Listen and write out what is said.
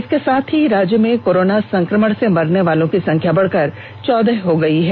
इसके साथ ही राज्य में कोरोना संकमण से मरने वालों की संख्या बढ़कर चौदह हो गयी है